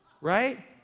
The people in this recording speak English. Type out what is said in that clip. right